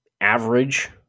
average